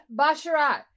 Basharat